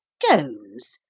jones!